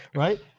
right